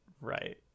right